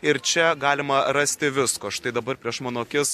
ir čia galima rasti visko štai dabar prieš mano akis